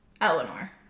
Eleanor